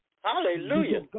Hallelujah